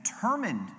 determined